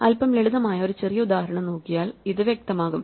അല്പം ലളിതമായ ഒരു ചെറിയ ഉദാഹരണം നോക്കിയാൽ ഇത് വ്യക്തമാകും